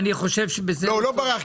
הוא לא ברח.